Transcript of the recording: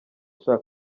sha